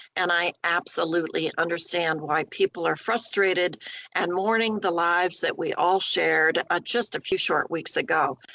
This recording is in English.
and i absolutely understand why people are frustrated and mourning the lives that we all shared ah just a few short weeks ago.